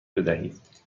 بدهید